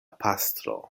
pastro